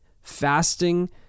Fasting